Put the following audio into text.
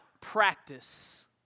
practice